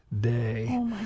day